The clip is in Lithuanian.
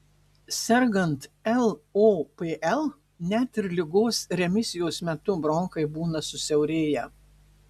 sergant lopl net ir ligos remisijos metu bronchai būna susiaurėję